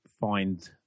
find